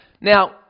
Now